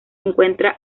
encuentra